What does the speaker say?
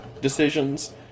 decisions